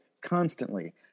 constantly